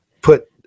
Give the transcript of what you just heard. put